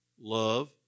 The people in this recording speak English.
love